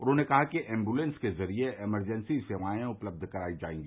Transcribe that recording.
उन्होंने कहा कि एम्बूलेंस के जरिये इमरजेंसी सेवाएं उपलब्ध कराई जायेंगी